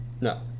No